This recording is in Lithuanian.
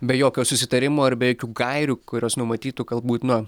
be jokio susitarimo ir be jokių gairių kurios numatytų galbūt no